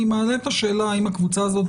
אני מעלה פה שאלה האם הקבוצה הזאת,